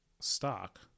stock